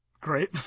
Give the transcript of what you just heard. Great